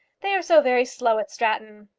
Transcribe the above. they are so very slow at stratton!